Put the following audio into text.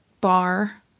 bar